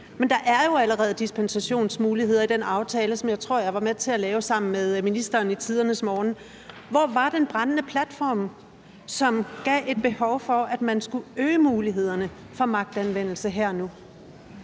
Men der er jo allerede dispensationsmuligheder i den aftale, som jeg tror jeg var med til at lave sammen med ministeren i tidernes morgen. Hvor var den brændende platform, som gav et behov for, at man skulle øge mulighederne for magtanvendelse her og